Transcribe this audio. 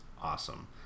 awesome